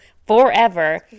forever